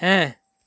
ᱦᱮᱸ